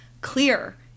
clear